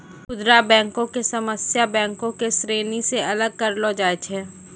खुदरा बैको के सामान्य बैंको के श्रेणी से अलग करलो जाय छै